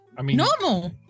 Normal